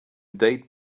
date